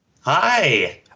Hi